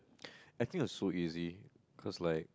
I think was so easy cause like